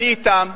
אני אתם.